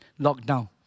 lockdown